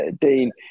Dean